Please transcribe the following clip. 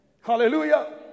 Hallelujah